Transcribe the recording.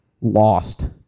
lost